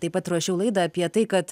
taip pat ruošiu laidą apie tai kad